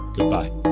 Goodbye